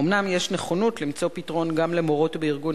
אומנם יש נכונות למצוא פתרון גם למורות בארגון